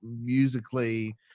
musically